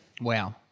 Wow